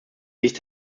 sicht